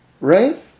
right